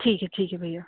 ठीक है ठीक है भैया